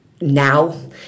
now